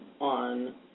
on